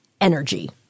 energy